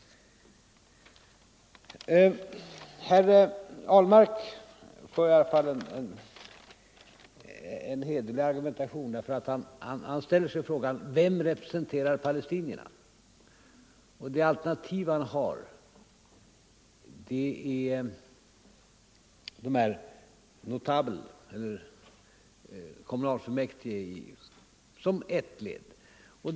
Herr Ahlmark för i alla fall en hederlig argumentation. Han ställer sig frågan: Vem representerar palestinierna? Det alternativ han har är ”notables” eller kommunalfullmäktige — som ett led.